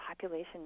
population